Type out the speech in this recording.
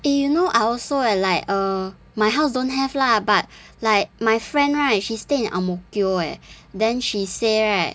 eh you know I also eh like err my house don't have lah but like my friend right she stay in ang mo kio eh then she say right